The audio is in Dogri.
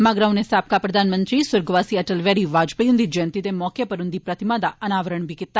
मगरा उनें साबका प्रधानमंत्री सुर्गवासी अटल बिहारी वाजपेई हुन्दी जयंति दे मौके उप्पर उन्दी प्रतिमा दा अनावरण बी कीता